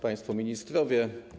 Państwo Ministrowie!